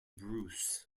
bruce